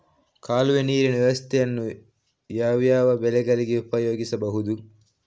ಕಾಲುವೆ ನೀರಿನ ವ್ಯವಸ್ಥೆಯನ್ನು ಯಾವ್ಯಾವ ಬೆಳೆಗಳಿಗೆ ಉಪಯೋಗಿಸಬಹುದು?